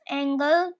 angle